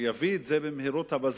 שיביא את זה במהירות הבזק,